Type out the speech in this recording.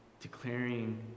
declaring